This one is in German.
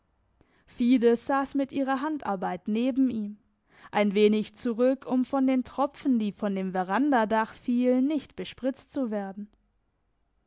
fides sass mit ihrer handarbeit neben ihm ein wenig zurück um von den tropfen die von dem verandadach fielen nicht bespritzt zu werden